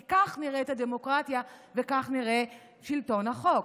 כי כך נראית הדמוקרטיה וכך נראה שלטון החוק.